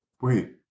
Wait